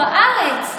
בארץ.